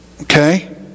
okay